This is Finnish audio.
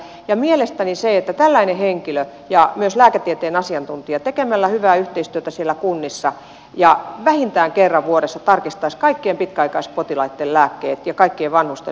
minun mielestäni siihen kyllä kannattaisi satsata että tällainen henkilö ja myös lääketieteen asiantuntijatekemällä hyvää yhteistyötä siellä kunnissa asiantuntija vähintään kerran vuodes sa tarkistaisivat kaikkien pitkäaikaispotilaitten lääkkeet ja kaikkien vanhusten lääkkeet tekemällä hyvää yhteistyötä siellä kunnissa